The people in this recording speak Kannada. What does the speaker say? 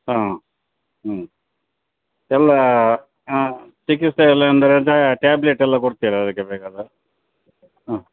ಹಾಂ ಹ್ಞೂ ಎಲ್ಲ ಹ್ಞೂ ಚಿಕಿತ್ಸೆಯಲ್ಲಿ ಅಂದರೆ ಟ್ಯಾಬ್ಲೆಟ್ ಎಲ್ಲ ಕೊಡ್ತೀರಾ ಅದಕ್ಕೆ ಬೇಕಾದ ಹ್ಞೂ